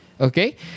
Okay